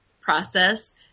process